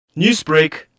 Newsbreak